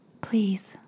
Please